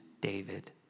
David